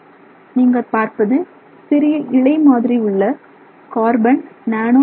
நீங்கள் பார்ப்பது சிறிய இழை மாதிரி உள்ள கார்பன் நானோ டியூபுகள்